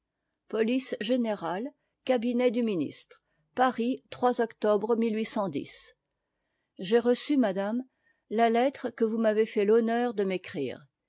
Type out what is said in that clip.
police générale cabinet du ministre paris octobre j'ai reçu madame la lettre que vous m'avez fait l'honneur de m'écrire